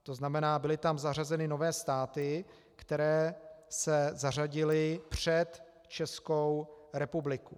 To znamená, byly tam zařazeny nové státy, které se zařadily před Českou republiku.